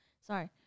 Sorry